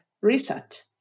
reset